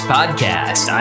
Podcast